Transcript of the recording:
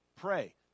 pray